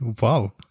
Wow